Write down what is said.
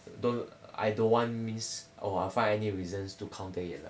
don't I don't want means !wah! find any reasons to counter it lah